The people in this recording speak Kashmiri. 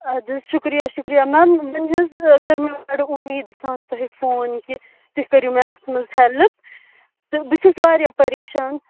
اَدٕ حَظ شُکریہ شُکریہ میم ونہِ حَظ کٔر مےٚ بٔڑٕ اُمید سان تۄہہِ فون کہِ تُہۍ کٔرِو مےٚ اتھ منٛز ہیلپ تہٕ بہٕ چھس واریاہ پریشان